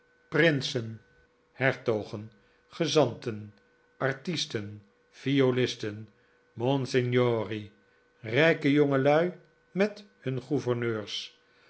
prinsen hertogen gezanten artisten violisten monsignori rijke jongelui met hun gouverneurs